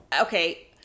okay